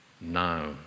now